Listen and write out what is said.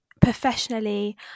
professionally